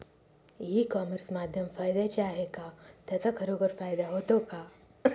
E commerce माध्यम फायद्याचे आहे का? त्याचा खरोखर फायदा होतो का?